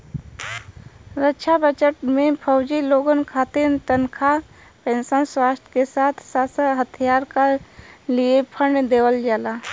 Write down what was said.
रक्षा budget में फौजी लोगन खातिर तनखा पेंशन, स्वास्थ के साथ साथ हथियार क लिए फण्ड देवल जाला